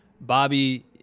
bobby